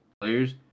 players